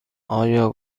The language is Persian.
آیا